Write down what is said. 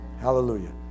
Hallelujah